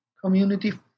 community